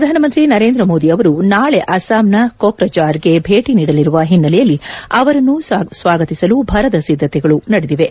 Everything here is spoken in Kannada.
ಪ್ರಧಾನಮಂತ್ರಿ ನರೇಂದ್ರ ಮೋದಿ ಅವರು ನಾಳೆ ಅಸ್ಸಾಂನ ಕೊಕ್ರಜಾರ್ಗೆ ಭೇಟಿ ನೀಡಲಿರುವ ಹಿನ್ನೆಲೆಯಲ್ಲಿ ಅವರನ್ನು ಸ್ಲಾಗತಿಸಲು ಭರದ ಸಿದ್ದತೆಗಳು ನಡೆದಿವೆ